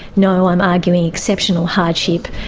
no, i'm arguing exceptional hardship,